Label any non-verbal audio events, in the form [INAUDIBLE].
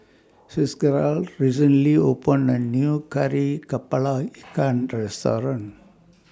Fitzgerald recently opened A New Kari Kepala [NOISE] Ikan Restaurant